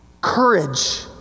courage